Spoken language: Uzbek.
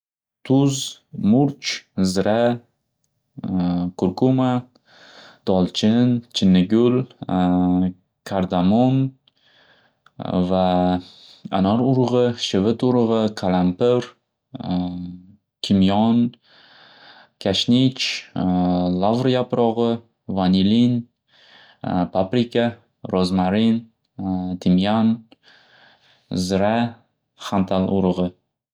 Tuz, murch, zira, kurkuma, dolchin, chinnigul, kardamon va anor urug'i, shivit urug'i, qalampir, kimyon, kashnich, lavli yaprog'i, vanilin, paprika, ro'zmarin, timyan, zira, xantal urug'i.